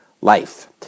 life